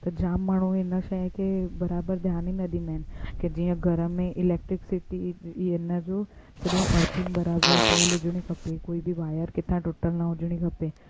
त जाम माण्हू हिन शइ खे बराबरि ध्यानु ही न ॾींदा आहिनि की जीअं घर में इलेक्ट्रिक सिटी हिनजो सॼो अर्थिंग बराबरि कयल हुजिणी खपे कोई बि वाएर किथा टुटल न हुजिणी खपे